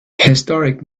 historic